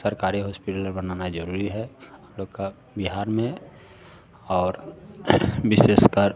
hospital बनाना जरूरी है हम लोग का बिहार में और विशेषकर